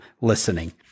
listening